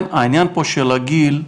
העניין פה של הגיל,